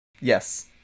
Yes